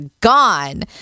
gone